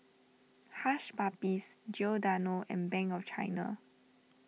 Hush Puppies Giordano and Bank of China